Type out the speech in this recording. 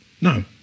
no